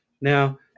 Now